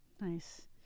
nice